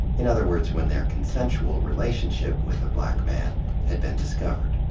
in other words, when their consensual relationship with a black man had been discovered.